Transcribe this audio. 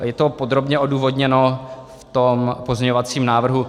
Je to podrobně odůvodněno v tom pozměňovacím návrhu.